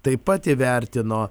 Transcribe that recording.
taip pat įvertino